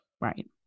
Right